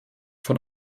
von